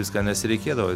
viską nes reikėdavo